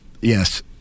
Yes